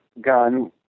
gun